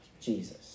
Jesus